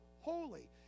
holy